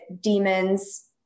demons